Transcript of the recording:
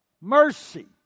Mercy